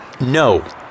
No